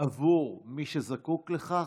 עבור מי שזקוק לכך.